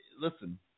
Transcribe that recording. listen